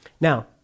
Now